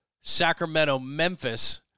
Sacramento-Memphis